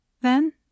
Then